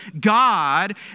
God